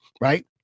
Right